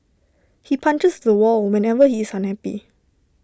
he punches the wall whenever he is unhappy